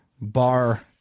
bar